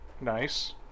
Nice